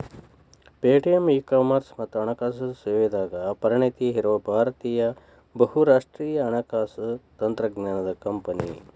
Paytm e commerce ಮತ್ತ ಹಣಕಾಸು ಸೇವೆದಾಗ ಪರಿಣತಿ ಇರೋ ಭಾರತೇಯ ಬಹುರಾಷ್ಟ್ರೇಯ ಹಣಕಾಸು ತಂತ್ರಜ್ಞಾನದ್ ಕಂಪನಿ